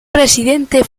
presidente